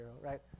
right